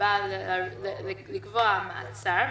בא לקבוע מעצר,